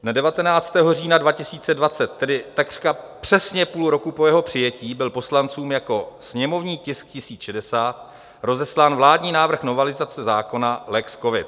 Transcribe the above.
Dne 19. října 2020, tedy takřka přesně půl roku po jeho přijetí, byl poslancům jako sněmovní tisk 1060 rozeslán vládní návrh novelizace zákona lex covid.